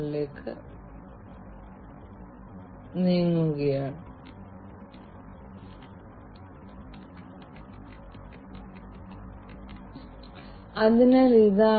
IoT യെ നിയന്ത്രിക്കുന്ന IoT യെ നിയന്ത്രിക്കുന്ന ഒരൊറ്റ മാനദണ്ഡവുമില്ല ഒരൊറ്റ മാനദണ്ഡവുമില്ല